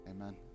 Amen